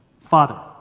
Father